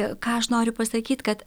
ką aš noriu pasakyt kad